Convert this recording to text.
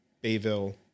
Bayville